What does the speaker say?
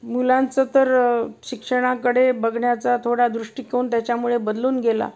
मुलांचं तर शिक्षणाकडे बघण्याचा थोडा दृष्टिकोन त्याच्यामुळे बदलून गेला